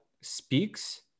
speaks